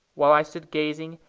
while i stood gazing,